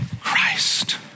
Christ